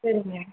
சரிங்க